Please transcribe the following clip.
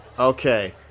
Okay